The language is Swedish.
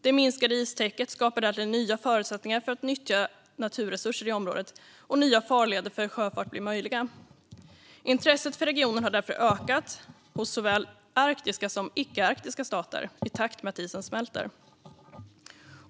Det minskade istäcket skapar därtill nya förutsättningar för att nyttja naturresurser i området, och nya farleder för sjöfart blir möjliga. Intresset för regionen har därför ökat hos såväl arktiska som icke-arktiska stater i takt med att isen smälter.